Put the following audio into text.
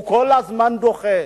הוא כל הזמן דוחה.